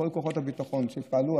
לכל כוחות הביטחון שפעלו.